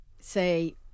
say